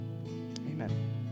amen